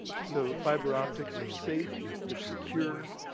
so fiber optics are safe, they're secure,